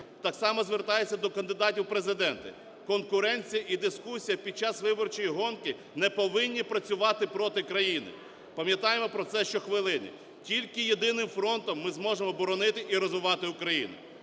Так само звертаюся до кандидатів у президенти. Конкуренція і дискусія під час виборчої гонки не повинні працювати проти країни. Пам'ятаємо про це щохвилини. Тільки єдиним фронтом ми можемо боронити і розвивати Україну.